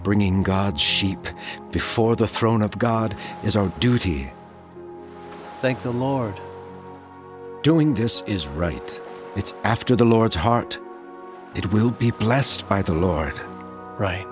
bringing god sheep before the throne of god is our duty thank the lord doing this is right it's after the lord's heart it will be blessed by the lord right